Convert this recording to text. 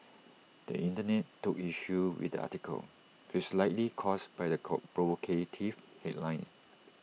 the Internet took issue with the article which likely caused by the provocative headline